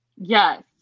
Yes